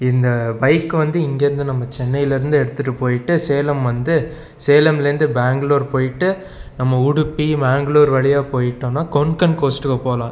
இந்த பைக் வந்து இங்கே இருந்து நம்ம சென்னையில் இருந்து எடுத்துட்டு போயிட்டு சேலம் வந்து சேலமில் இருந்து பேங்களூர் போயிட்டு நம்ம உடுப்பி மேங்களூர் வழியாக போயிட்டோன்னால் கொன்கன் கோஸ்ட்டு போலாம்